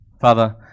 Father